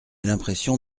l’impression